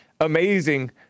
amazing